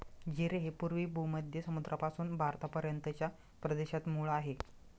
जीरे हे पूर्व भूमध्य समुद्रापासून भारतापर्यंतच्या प्रदेशात मूळ आहे